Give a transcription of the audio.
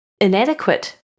inadequate